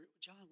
John